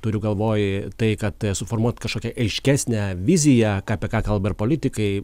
turiu galvoj tai kad suformuot kažkokią aiškesnę viziją ką ką kalba ir politikai